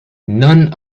none